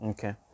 Okay